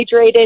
hydrated